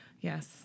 Yes